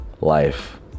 life